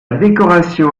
décoration